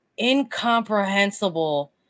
incomprehensible